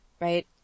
right